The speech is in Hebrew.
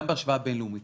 גם בהשוואה בין-לאומית.